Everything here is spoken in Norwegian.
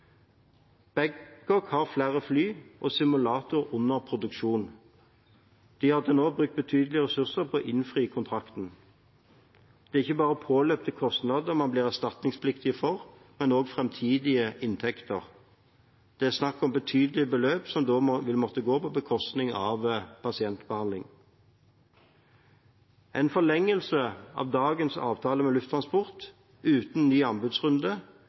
Babcock har flere fly og en simulator under produksjon. De har til nå brukt betydelige ressurser på å innfri kontrakten. Det er ikke bare påløpte kostnader man blir erstatningspliktig for, men også framtidige inntekter. Det er snakk om betydelige beløp, som da vil måtte gå på bekostning av pasientbehandlingen. En forlengelse av dagens avtale med Lufttransport uten en ny anbudsrunde